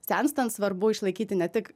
senstant svarbu išlaikyti ne tik